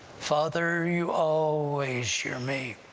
father, you always hear me.